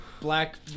black